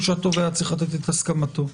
שהתובע לתת את הסכמתו.